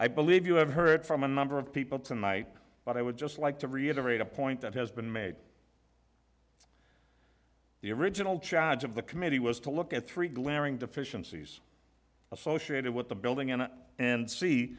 i believe you have heard from a number of people tonight but i would just like to reiterate a point that has been made the original charge of the committee was to look at three glaring deficiencies associated with the building in it and see